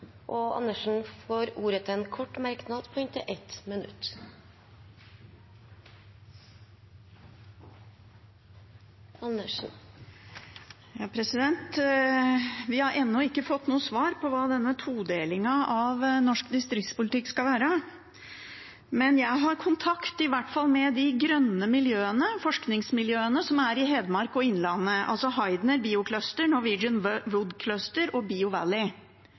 Andersen har hatt ordet to ganger tidligere og får ordet til en kort merknad, begrenset til 1 minutt. Vi har ennå ikke fått noe svar på hva denne todelingen av norsk distriktspolitikk skal være. Men jeg har kontakt med de grønne miljøene, forskningsmiljøene i Hedmark og Innlandet – Heidner Biocluster, Norwegian Wood Cluster og